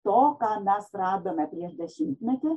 to ką mes radome prieš dešimtmetį